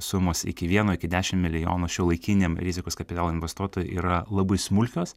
sumos iki vieno iki dešimt milijonų šiuolaikiniam rizikos kapitalo investuotojui yra labai smulkios